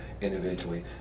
individually